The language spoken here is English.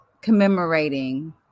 commemorating